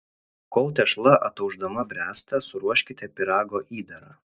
kol tešla ataušdama bręsta suruoškite pyrago įdarą